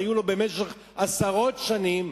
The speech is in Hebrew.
שהיו לו במשך עשרות שנים,